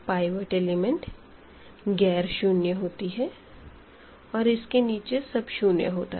pivot element ग़ैर शून्य होतीं हैं और इसके नीचे सब शून्य होता है